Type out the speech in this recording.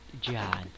John